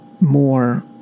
more